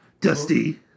Dusty